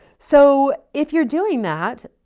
so, if you're doing that,